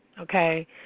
Okay